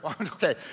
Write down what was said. Okay